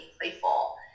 playful